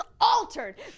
altered